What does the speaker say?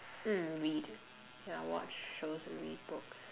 mm read yeah watch shows and read books